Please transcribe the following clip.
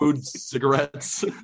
cigarettes